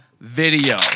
Video